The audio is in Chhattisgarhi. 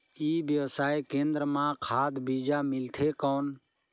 ई व्यवसाय केंद्र मां खाद बीजा मिलथे कौन?